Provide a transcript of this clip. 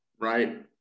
right